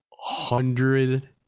hundred